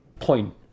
point